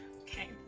Okay